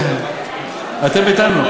ואתם אתנו,